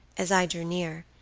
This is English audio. as i drew near,